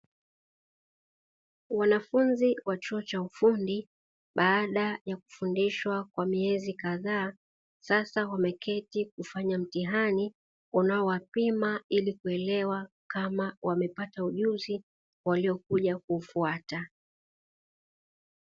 Wanafunzi wa chuo cha ufundi baada ya kufundishwa kwa miezi kadhaa sasa wameketi kufanya mtihani, unaowapima ili kuelewa kama wamepata ujuzi waliokuja kuufuata.